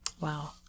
Wow